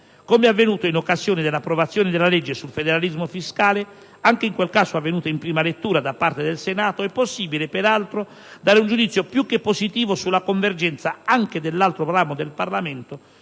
Come avvenuto in occasione dell'approvazione della legge sul federalismo fiscale, anche in quel caso avvenuta in prima lettura da parte del Senato, è possibile peraltro dare un giudizio più che positivo sulla convergenza anche dell'altro ramo del Parlamento